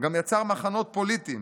גם יצר מחנות פוליטיים